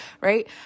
right